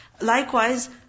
Likewise